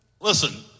Listen